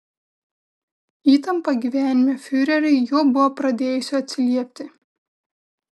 įtampa gyvenime fiureriui jau buvo pradėjusi atsiliepti